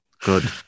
Good